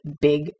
big